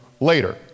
later